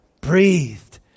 breathed